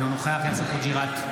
אינו נוכח יאסר חוג'יראת,